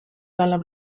dalla